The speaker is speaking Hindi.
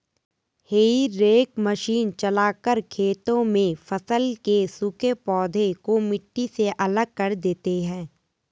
हेई रेक मशीन चलाकर खेतों में फसल के सूखे पौधे को मिट्टी से अलग कर देते हैं